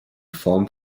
form